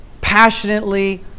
passionately